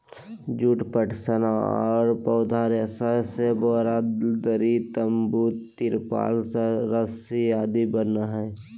जुट, पटसन आर पौधा रेशा से बोरा, दरी, तंबू, तिरपाल रस्सी आदि बनय हई